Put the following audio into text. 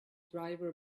driver